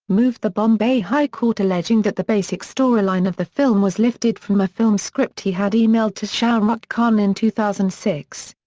moved the bombay high court alleging that the basic storyline of the film was lifted from a film script he had emailed to shah rukh khan in two thousand and six.